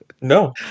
No